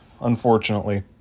unfortunately